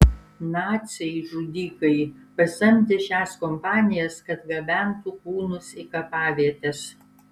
naciai žudikai pasamdė šias kompanijas kad gabentų kūnus į kapavietes